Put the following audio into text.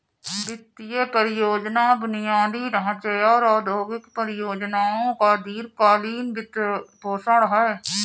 वित्त परियोजना बुनियादी ढांचे और औद्योगिक परियोजनाओं का दीर्घ कालींन वित्तपोषण है